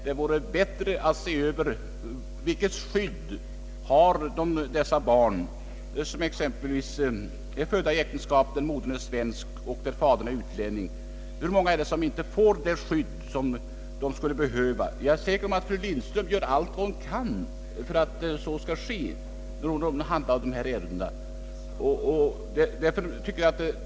Det är bättre att se över skyddet för de barn, som exempelvis är födda i äktenskap med svensk moder och utländsk fader. Hur många är det som inte får det skydd de skulle behöva? Jag är säker på att fru Lindström gjorde allt hon kunde för att så skulle ske när hon handlade dessa ärenden.